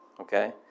okay